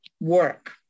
work